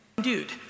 dude